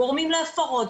גורמים להפרעות,